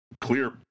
clear